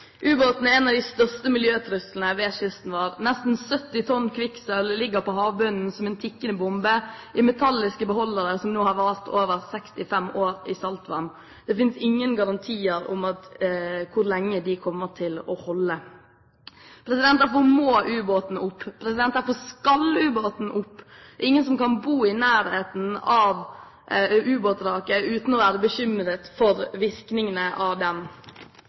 de største miljøtruslene ved kysten vår. Nesten 70 tonn kvikksølv ligger på havbunnen som en tikkende bombe i metalliske beholdere som nå har vart i over 65 år, i saltvann. Det finnes ingen garantier om hvor lenge de kommer til å holde. Derfor må ubåten opp. Derfor skal ubåten opp. Det er ingen som kan bo i nærheten av ubåtvraket uten å være bekymret for virkningene av